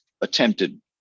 attempted